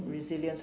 resilience